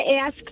ask